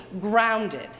grounded